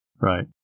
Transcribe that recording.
Right